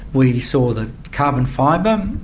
we saw that carbon fibre,